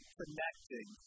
connecting